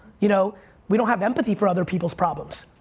you know we don't have empathy for other people's problems.